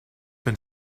been